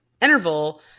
interval